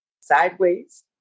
sideways